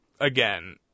again